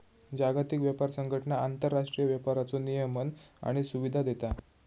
जागतिक व्यापार संघटना आंतरराष्ट्रीय व्यापाराचो नियमन आणि सुविधा देता